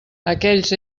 aquells